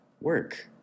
work